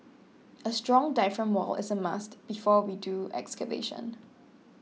a strong diaphragm wall is a must before we do excavation